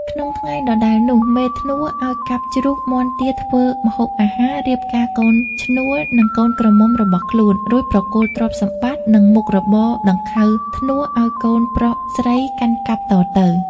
ក្នុងថ្ងៃដដែលនោះ មេធ្នស់ឲ្យកាប់ជ្រូក មាន់ ទា ធ្វើម្ហូបអាហាររៀបការកូនឈ្នួល និងកូនក្រមុំរបស់ខ្លួន រួចប្រគល់ទ្រព្យសម្បត្តិ និងមុខរបរដង្ខៅធ្នស់ ឲ្យកូនប្រុស-ស្រីកាន់កាប់តទៅ។